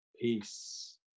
peace